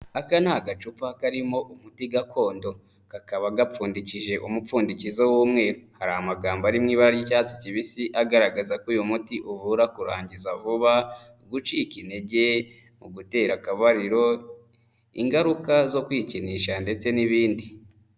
Aka ni agacupa karimo umuti gakondo, kakaba gapfundikishije umupfundikizo w'umweru, hari amagambo ari mu ibara ry'icyatsi kibisi agaragaza ko uyu muti uvura kurangiza vuba, gucika intege mu gutera akabariro, ingaruka zo kwikinisha ndetse n'ibindi.